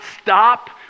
stop